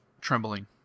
trembling